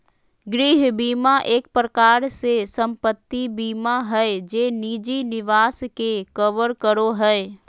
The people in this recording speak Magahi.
गृह बीमा एक प्रकार से सम्पत्ति बीमा हय जे निजी निवास के कवर करो हय